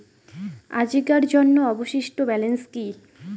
আজিকার জন্য অবশিষ্ট ব্যালেন্স কি?